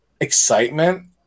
excitement